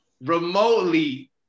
remotely